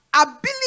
ability